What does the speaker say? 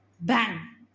Bang